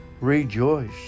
Rejoice